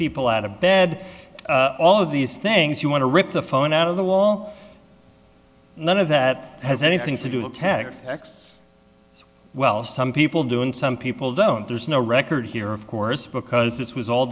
people out of bed all of these things you want to rip the phone out of the wall none of that has anything to do with tags so well some people do and some people don't there's no record here of course because this was all